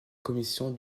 commission